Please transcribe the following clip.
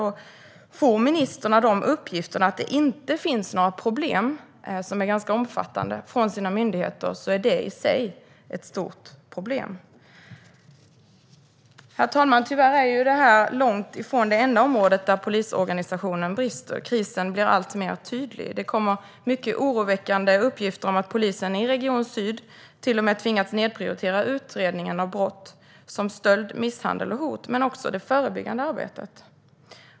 Om ministern från sina myndigheter får uppgiften att det inte finns några sådana problem är detta i sig ett stort problem, för det här är ganska omfattande. Herr talman! Tyvärr är detta långt ifrån det enda område där polisorganisationen brister. Krisen blir allt tydligare. Vi får mycket oroväckande uppgifter om att polisen i Region Syd till och med har tvingats nedprioritera utredningarna för brott som stöld, misshandel och hot, och även det förebyggande arbetet har prioriterats ned.